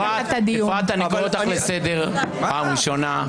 אפרת, אני קורא אותך לסדר פעם ראשונה.